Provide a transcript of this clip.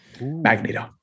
Magneto